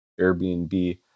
Airbnb